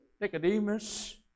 Nicodemus